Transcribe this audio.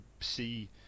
see